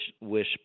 wish